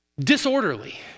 disorderly